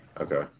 Okay